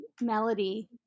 Melody